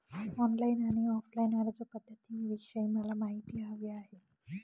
online आणि offline अर्जपध्दतींविषयी मला माहिती हवी आहे